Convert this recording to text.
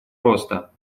роста